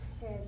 says